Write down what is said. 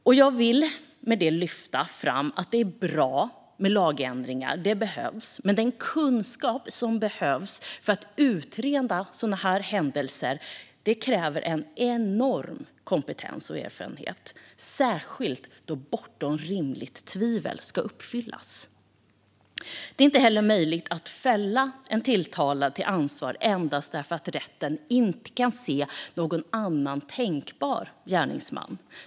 Lagändringen behövs och är bra, men den kunskap som behövs för att utreda sådana här händelser kräver enorm kompetens och erfarenhet, särskilt då rekvisitet bortom rimligt tvivel ska uppfyllas. Det är inte heller möjligt att fälla en tilltalad endast därför att rätten inte kan se någon annan tänkbar gärningsman.